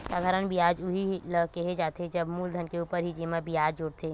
साधारन बियाज उही ल केहे जाथे जब मूलधन के ऊपर ही जेमा बियाज जुड़थे